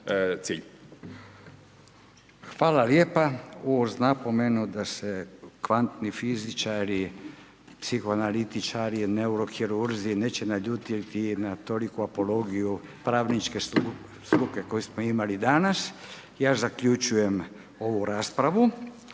Hvala lijepa. Uz napomenu da se kvantni fizičari, psihoanalitičari, neurokirurzi neće naljutiti na toliku apologiju pravničke struke koju smo imali danas. Ja zaključujem ovu raspravu.